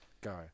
Go